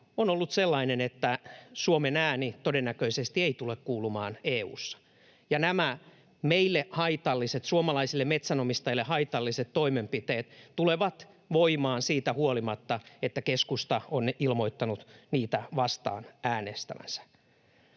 on ollut sellainen, että Suomen ääni todennäköisesti ei tule kuulumaan EU:ssa, ja nämä meille haitalliset, suomalaisille metsänomistajille haitalliset toimenpiteet tulevat voimaan siitä huolimatta, että keskusta on ilmoittanut niitä vastaan äänestävänsä.